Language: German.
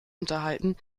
unterhalten